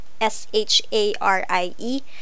S-H-A-R-I-E